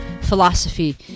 philosophy